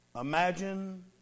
Imagine